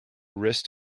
wrist